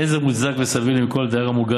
אין זה מוצדק וסביר למכור לדייר המוגן